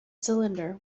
cylinder